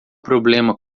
problema